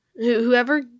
Whoever